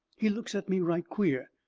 he looks at me right queer.